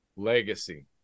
legacy